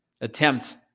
attempts